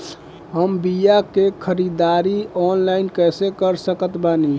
हम बीया के ख़रीदारी ऑनलाइन कैसे कर सकत बानी?